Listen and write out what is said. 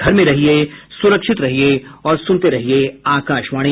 घर में रहिये सुरक्षित रहिये और सुनते रहिये आकाशवाणी